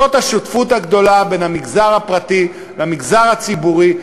זאת השותפות הגדולה בין המגזר הפרטי למגזר הציבורי,